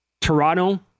Toronto